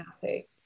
happy